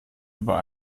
über